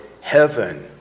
heaven